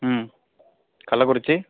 ம் கள்ளக்குறிச்சி